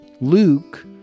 Luke